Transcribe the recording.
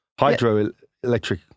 hydroelectric